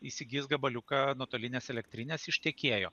įsigis gabaliuką nuotolinės elektrinės iš tiekėjo